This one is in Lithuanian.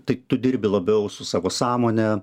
tik tu dirbi labiau su savo sąmone